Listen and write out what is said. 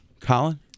Colin